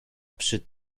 przy